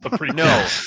No